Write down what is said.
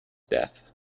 death